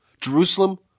Jerusalem